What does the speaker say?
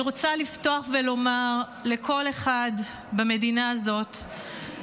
אני רוצה לפתוח ולומר לכל אחד במדינה הזאת: